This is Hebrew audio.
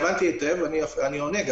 הבנתי היטב, ואני עונה.